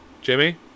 Jimmy